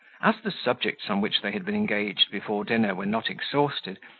as the subjects on which they had been engaged before dinner were not exhausted,